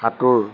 সাঁতোৰ